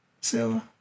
Silver